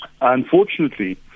Unfortunately